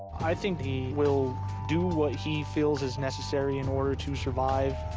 i think he will do what he feels is necessary in order to survive.